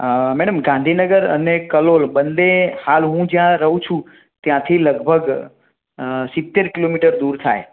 madam Gandhinagar અને કલોલ બને હાલ હું જયાં રહું છું ત્યાંથી લગભગ સિત્તેર કિલોમીટર દૂર થાય